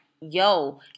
yo